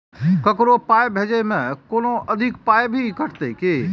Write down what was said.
ककरो पाय भेजै मे कोनो अधिक पाय भी कटतै की?